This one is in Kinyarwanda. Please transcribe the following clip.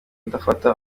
udafata